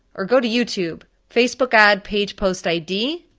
or go to youtube, facebook ad page post id,